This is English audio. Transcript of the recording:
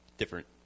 different